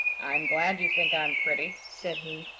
i'm glad you think i'm pretty, said he.